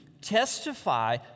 testify